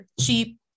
cheap